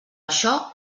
això